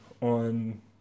on